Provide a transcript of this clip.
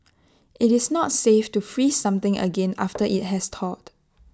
IT is not safe to freeze something again after IT has thawed